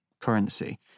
currency